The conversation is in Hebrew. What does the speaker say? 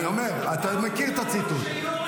אני אומר, אתה מכיר את הציטוט.